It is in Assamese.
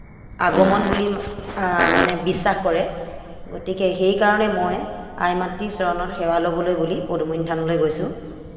আগমন বুলি মানে বিশ্বাস কৰে গতিকে সেইকাৰণে মই আই মাতৃৰ চৰণত সেৱা ল'বলৈ বুলি পদূমণি থানলৈ গৈছোঁ